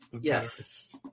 Yes